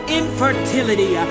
infertility